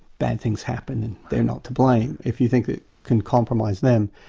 bad things happen and they're not to blame, if you think it can compromise them.